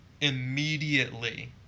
immediately